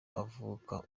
avuga